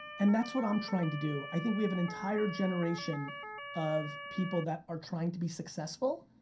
and that's what i'm trying to do. i think we have an entire generation of people that are trying to be successful.